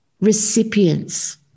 recipients